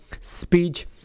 speech